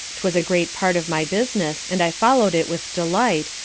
twas a great part of my business, and i follow'd it with delight,